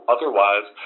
Otherwise